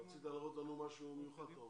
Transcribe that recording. רצית להראות לנו משהו מיוחד.